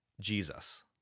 Jesus